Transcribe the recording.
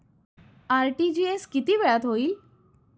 RTGS किती वेळात होईल?